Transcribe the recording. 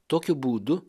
tokiu būdu